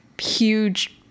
huge